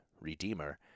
Redeemer